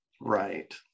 Right